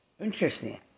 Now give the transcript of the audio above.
Interesting